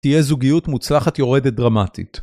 תהיה זוגיות מוצלחת יורדת דרמטית.